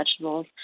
vegetables